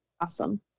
awesome